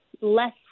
Less